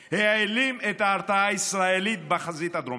העלים את ההרתעה הישראלית בחזית הדרומית.